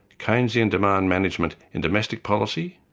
keynesian demand management in domestic policy,